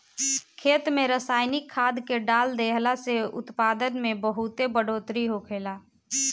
खेत में रसायनिक खाद्य के डाल देहला से उत्पादन में बहुत बढ़ोतरी होखेला